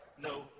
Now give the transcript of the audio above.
No